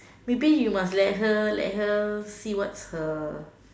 maybe you must let her let her see what's her